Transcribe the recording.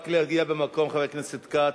רק להגיע למקום, חבר הכנסת כץ,